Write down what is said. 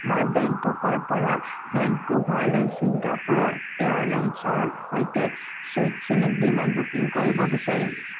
মই বেংককৰ পৰা ভেনকুভাৰলৈ ছিংগাপুৰ এয়াৰলাইনছৰ সৈতে চুইট শ্ৰেণীত বিমান বুকিং কৰিব বিচাৰিম